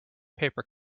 paper